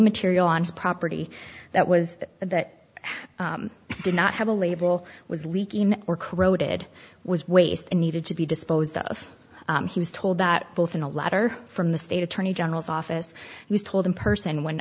material on his property that was that did not have a label was leaking or corroded was waste and needed to be disposed of he was told that both in a letter from the state attorney general's office he was told in person when